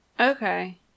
Okay